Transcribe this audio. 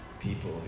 people